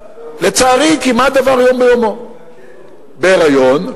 לצערי, כמעט דבר יום ביומו, בהיריון,